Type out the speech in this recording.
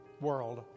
world